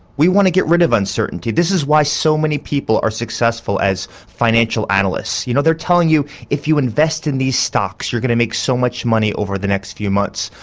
we want to get rid of uncertainty, this is why so many people are successful as financial analysts, you know they are telling you that if you invest in these stocks you are going to make so much money over the next few months.